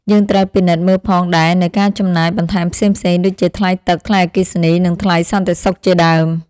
យើងត្រូវពិនិត្យមើលផងដែរនូវការចំណាយបន្ថែមផ្សេងៗ ដូចជាថ្លៃទឹក ថ្លៃអគ្គិសនី និងថ្លៃសន្តិសុខជាដើម។